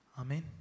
Amen